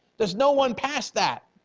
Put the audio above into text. there's no one past that.